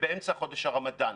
ובאמצע חודש הרמדאן.